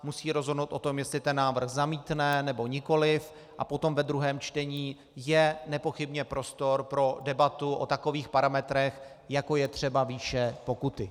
Musí rozhodnout o tom, jestli ten návrh zamítne, nebo nikoliv, a potom ve druhém čtení je nepochybně prostor pro debatu o takových parametrech, jako je třeba výše pokuty.